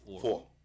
Four